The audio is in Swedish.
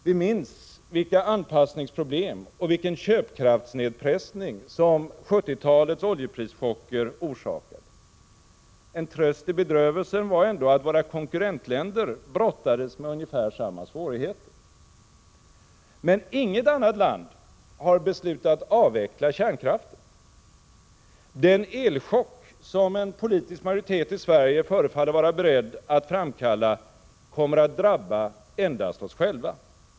Vi minns vilka anpassningsproblem och vilken köpkraftsnedpressning som 1970-talets oljeprischocker orsakade. En tröst i bedrövelsen var ändå att våra konkurrentländer brottades med ungefär samma svårigheter. Men inget annat land har beslutat avveckla kärnkraften. Den elchock som en politisk majoritet i Sverige förefaller vara beredd att framkalla kommer att drabba endast oss själva.